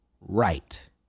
Right